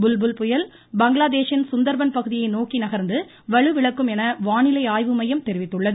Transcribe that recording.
புல்புல் புயல் பங்களாதேஷின் சுந்தர்பன் பகுதியை நோக்கி நகர்ந்து வலுவிழக்கும் என வானிலை ஆய்வுமையம் தெரிவித்துள்ளது